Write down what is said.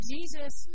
Jesus